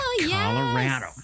Colorado